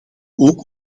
ook